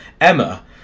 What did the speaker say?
Emma